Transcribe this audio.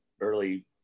early